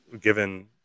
given